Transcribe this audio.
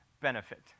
benefit